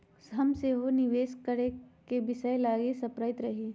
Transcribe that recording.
हम सेहो निवेश करेके विषय लागी सपड़इते रही